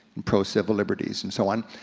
and pro-civil liberties, and so on.